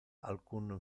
alcun